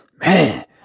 man